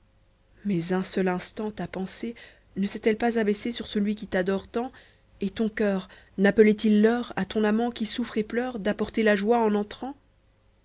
mais un seul instant ta pensée ne s'est-elle pas abaissée sur celui qui t'adore tant et ton coeur nappelait il l'heure a ton amant qui souffre et pleure d'apporter la joie en entrant